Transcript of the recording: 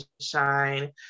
shine